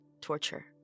torture